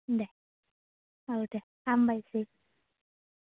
देह औ देह हामबायसै